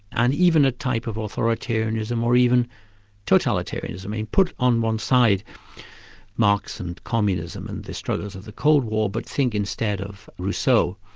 and even a type of authoritarianism, or even totalitarianism. i mean put on one side marx and communism and the struggles of the cold war, but think instead of rousseau,